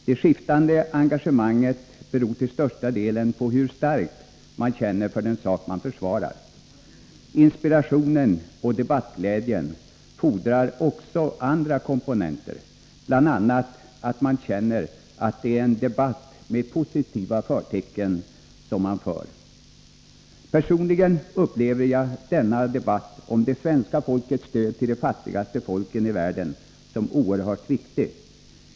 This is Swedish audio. Det skiftande engagemanget beror till största delen på hur starkt man känner för den sak man försvarar; inspirationen och debattglädjen fordrar också andra komponenter, bl.a. att man känner att det är en debatt med positiva förtecken som man för. Personligen upplever jag denna debatt om det svenska folkets stöd till de fattigaste folken i världen som oerhört viktig.